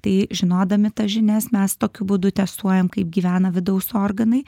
tai žinodami tas žinias mes tokiu būdu testuojam kaip gyvena vidaus organai